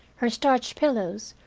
her starched pillows,